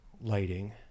lighting